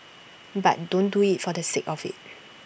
but don't do IT for the sake of IT